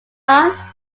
month